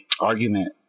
argument